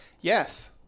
Yes